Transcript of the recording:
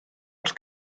wrth